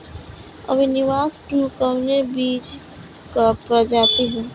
अविनाश टू कवने बीज क प्रजाति ह?